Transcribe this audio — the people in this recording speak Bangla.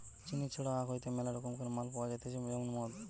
চিনি ছাড়াও আখ হইতে মেলা রকমকার মাল পাওয়া যাইতেছে যেমন মদ